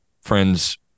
friends